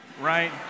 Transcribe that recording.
right